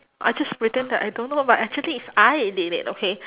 I just pretend that I don't know but actually is I did it okay